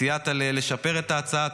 וסייעת לשפר את ההצעה.